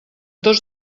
tots